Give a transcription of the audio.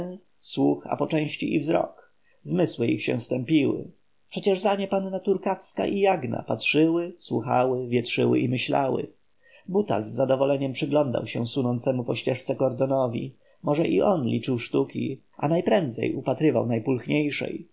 słuch a po części i wzrok zmysły ich się stępiły przecież za nie panna turkawska i jagna patrzyły słuchały wietrzyły i myślały buta z zadowoleniem przyglądał się sunącemu po ścieżce kordonowi może on i liczył sztuki a najprędzej upatrywał najpulchniejszej